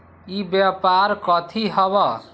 ई व्यापार कथी हव?